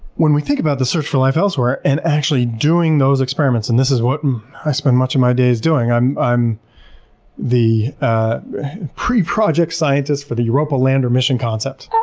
when we think about the search for life elsewhere and actually doing those experiments, and this is what i spend much of my day's doing. i'm i'm the pre-project scientist for the europa lander mission concept.